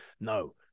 no